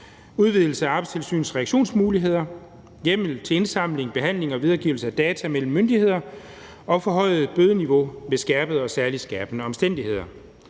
udvidelse af Arbejdstilsynets reaktionsmuligheder, hjemmel til indsamling, behandling og videregivelse af data mellem myndigheder og forhøjet bødeniveau ved skærpende og særligt skærpende omstændigheder.